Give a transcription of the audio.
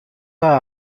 pas